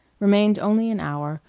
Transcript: remained only an hour,